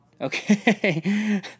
Okay